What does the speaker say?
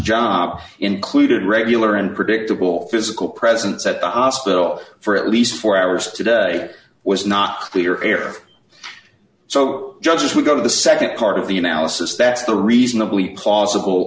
job included regular and predictable physical presence at the hospital for at least four hours today was not clear air so judges would go to the nd part of the analysis that's the reasonably plausible